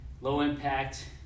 low-impact